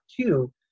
two